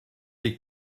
est